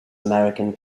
american